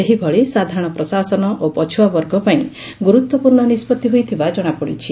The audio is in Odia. ସେହିଭଳି ସାଧାରଣ ପ୍ରଶାସନ ଓ ପଛୁଆ ବର୍ଗ ପାଇଁ ଗୁରୁତ୍ୱପୂର୍ଶ୍ଣ ନିଷ୍ବଭି ହୋଇଥିବା ଜଣାପଡିଛି